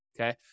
okay